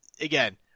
Again